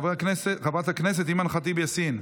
חברת הכנסת אימאן ח'טיב יאסין,